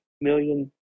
million